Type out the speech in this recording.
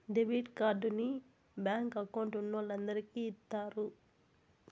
debit కార్డుని bank account ఉన్నోలందరికి ఇత్తారు